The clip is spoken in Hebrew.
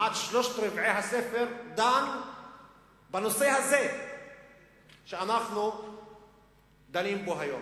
כמעט שלושת-רבעי הספר דן בנושא הזה שאנחנו דנים בו היום.